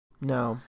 No